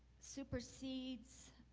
supersedes